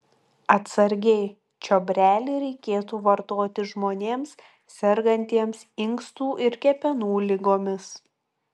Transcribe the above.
atsargiai čiobrelį reikėtų vartoti žmonėms sergantiems inkstų ir kepenų ligomis